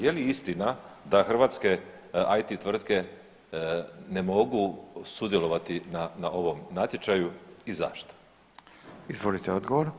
Je li istina da hrvatske IT tvrtke ne mogu sudjelovati na ovom natječaju i zašto?